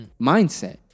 mindset